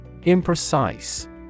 Imprecise